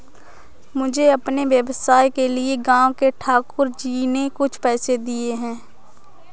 मुझे अपने व्यवसाय के लिए गांव के ठाकुर जी ने कुछ पैसे दिए हैं